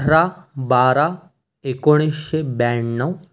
अठरा बारा एकोणीसशे ब्याण्णव